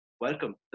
Welcome